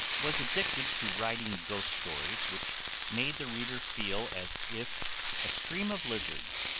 was addicted to writing ghost stories which made the reader feel as if a stream of lizards,